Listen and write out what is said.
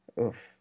Oof